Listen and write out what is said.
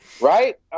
Right